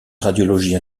radiologie